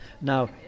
Now